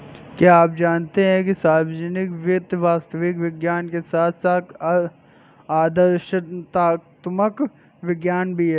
क्या आप जानते है सार्वजनिक वित्त वास्तविक विज्ञान के साथ साथ आदर्शात्मक विज्ञान भी है?